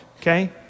okay